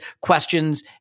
questions